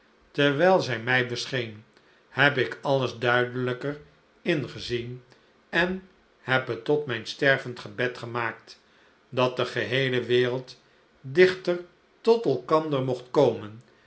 terwijl zij mij bescheen heb ik alles duidelijker ingezien en heb het tot mijn stervend gebed gemaakt dat de geheele wereld dichter tot elkander mocht komen